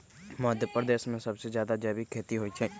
मध्यप्रदेश में सबसे जादा जैविक खेती होई छई